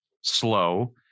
slow